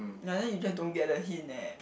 ya then you just don't get the hint leh